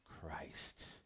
Christ